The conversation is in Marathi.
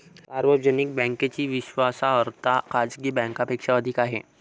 सार्वजनिक बँकेची विश्वासार्हता खाजगी बँकांपेक्षा अधिक आहे